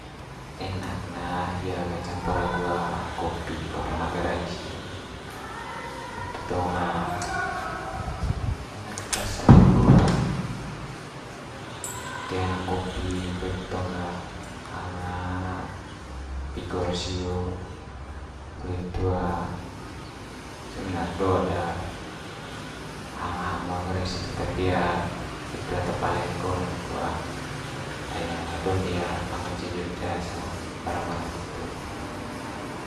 Enak ne hia ga campur agu kopi, kopi manggarai sio. Poli itu tong enak keta rasa'n eme nggo toe hanang kopi poli itu tong ga hang pigor sio poli itu sebenar do'd de hang hang manggarai situ tapi hitu ata paling nggo'n laku ai donde ba ngge ce jogja's barang barang situ.